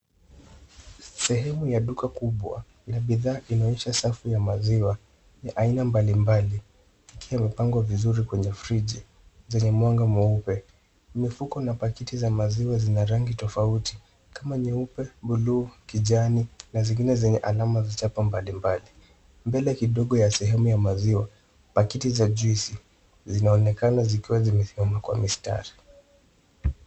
Sehemu ya duka kubwa na bidhaa inayoisha safu ya maziwa ya aina mbalimbali, ikiwa mipango vizuri kwenye friji zenye mwanga mweupe. Mifuko na pakiti za maziwa zina rangi tofauti kama nyeupe, buluu, kijani na zingine zenye alama za chapa mbalimbali. Mbele kidogo ya sehemu ya maziwa, pakiti za juisi zinaonekana zikiwa zimesimama kwa mistari.